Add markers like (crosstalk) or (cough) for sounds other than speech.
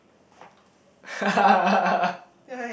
(laughs)